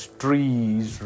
trees